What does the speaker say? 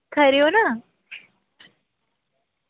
खरे ओ ना